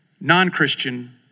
non-Christian